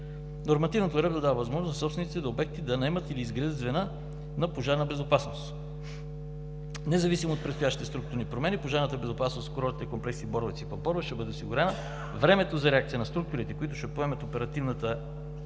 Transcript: Нормативната уредба дава възможност на собственици на обекти да наемат или да изградят звена за пожарна безопасност. Независимо от предстоящите структурни промени, пожарната безопасност в курортните комплекси „Боровец“ и „Пампорово“ ще бъде осигурена. Времето за реакция на структурите, които ще поемат оперативната